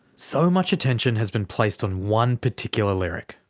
so much attention has been placed on one particular lyric.